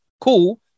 Cool